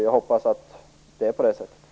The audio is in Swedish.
Jag hoppas att det är på det sättet.